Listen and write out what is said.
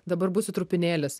dabar būsiu trupinėlis